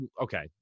okay